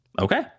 Okay